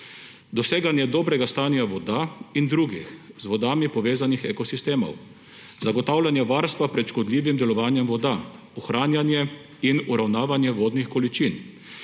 doseganje dobrega stanja voda in drugih, z vodami povezanih ekosistemov, zagotavljanje varstva pred škodljivim delovanjem voda, ohranjanje in uravnavanje vodnih količin